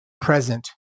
Present